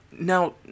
Now